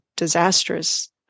disastrous